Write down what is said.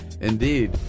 indeed